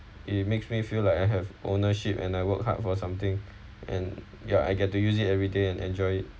it makes me feel like I have ownership and I work hard for something and ya I get to use it every day and enjoy it